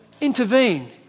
intervene